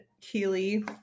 Keely